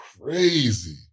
crazy